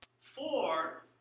Four